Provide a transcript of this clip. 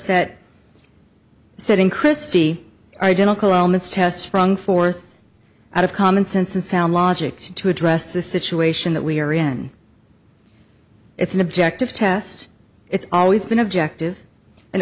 said in christie identical elements tests from fourth out of common sense and sound logic to address the situation that we are in it's an objective test it's always been objective and